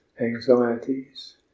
anxieties